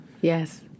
yes